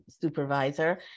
supervisor